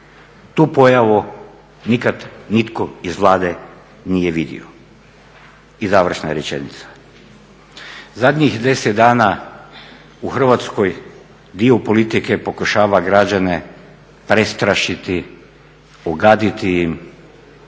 Tu pojavu nikad nitko iz Vlade nije vidio. I završna rečenica, zadnjih deset dana u Hrvatskoj dio politike pokušava građane prestrašiti, ogaditi im